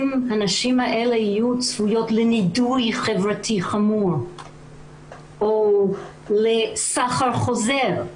הנשים האלה יהיו צפויות לנידוי חברתי חמור או לסחר חוזר.